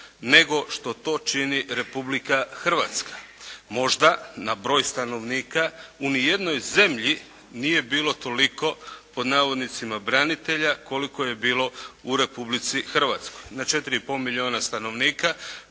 nego što to čini Republika Hrvatska. Možda, na broj stanovnika u ni jednoj zemlji nije bilo toliko "branitelja" koliko je bilo u Republici Hrvatskoj. na 4 i pol milijuna stanovnika